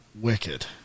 wicked